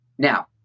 Now